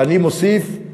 ואני מוסיף,